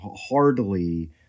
hardly